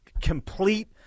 complete